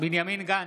בנימין גנץ,